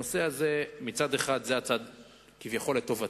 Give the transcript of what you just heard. הנושא הזה הוא מצד אחד כביכול לטובתם,